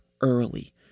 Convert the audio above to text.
early